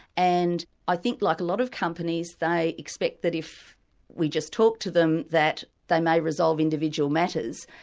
and i think like a lot of companies, they expect that if we just talk to them, that they may resolve individual matters,